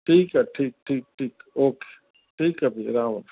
ठीकु आहे ठीकु ठीकु ठीकु ओके ठीकु आहे भैया राम राम